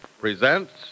presents